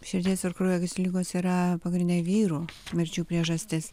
širdies ir kraujagyslių ligos yra pagrindinė vyrų mirčių priežastis